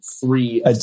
three